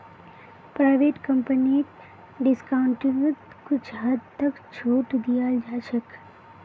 private कम्पनीक डिस्काउंटिंगत कुछ हद तक छूट दीयाल जा छेक